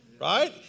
Right